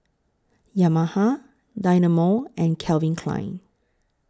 Yamaha Dynamo and Calvin Klein